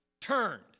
turned